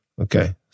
Okay